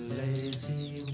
lazy